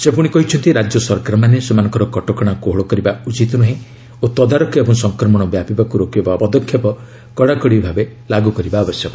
ସେ ପୁଣି କହିଛନ୍ତି ରାଜ୍ୟ ସରକାରମାନେ ସେମାନଙ୍କର କଟକଣା କୋହଳ କରିବା ଉଚିତ ନ୍ରହେଁ ଓ ତଦାରଖ ଏବଂ ସଂକ୍ରମଣ ବ୍ୟାପିବାକ୍ ରୋକିବା ପଦକ୍ଷେପ କଡ଼ାକଡ଼ି ଲାଗ୍ର କରିବା ଆବଶ୍ୟକ